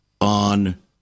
on